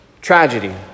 tragedy